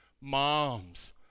Moms